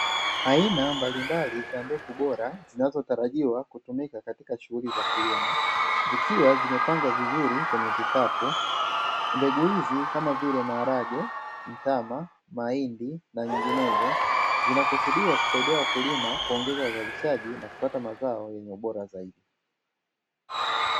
Aina mbalimbali za mbegu bora zinazotumika kwa ajili ya kilimo, zikiwa zimepangwa vizuri kwenye vikapu, mbegu hizi kama vile; maharage, mtama ,mahindi na nyinginezo. Zinakisudiwa kusaidia wakulima kuongeza uzalishaji kupata mazao yenye ubora zaidi.